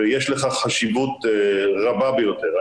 ויש לכך חשיבות רבה ביותר.